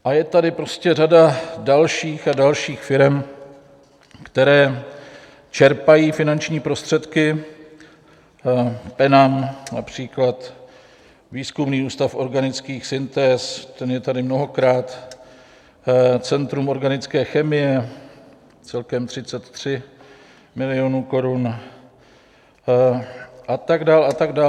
A je tady řada dalších a dalších firem, které čerpají finanční prostředky, PENAM například, Výzkumný ústav organických syntéz ten je tady mnohokrát, Centrum organické chemie celkem 33 milionů korun a tak dál a tak dále.